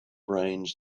brains